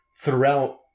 throughout